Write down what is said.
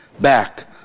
back